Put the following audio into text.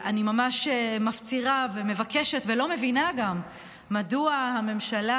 אני ממש מפצירה ומבקשת וגם לא מבינה מדוע הממשלה,